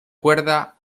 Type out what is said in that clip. cuerda